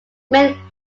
men